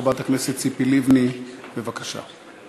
חברת הכנסת ציפי לבני, בבקשה.